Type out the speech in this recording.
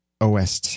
OS